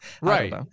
Right